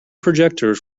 projectors